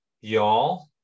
y'all